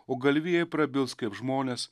o galvijai prabils kaip žmonės